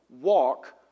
walk